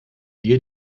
dir